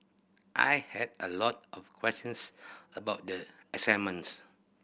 I had a lot of questions about the assignments